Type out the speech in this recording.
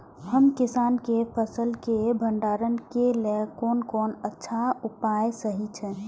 हम किसानके फसल के भंडारण के लेल कोन कोन अच्छा उपाय सहि अछि?